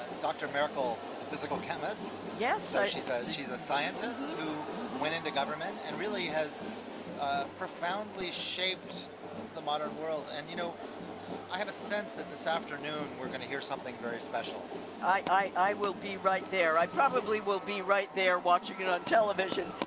dr. merkel is a physical chemist. ah she's ah she's a scientist who went into government and really has profoundly shaped the modern world. and you know i have a sense that this afternoon we're gonna hear something very special i will be right there, i probably will be right there watching it on television,